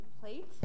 Plate